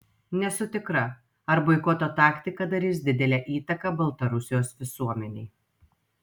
nesu tikra ar boikoto taktika darys didelę įtaką baltarusijos visuomenei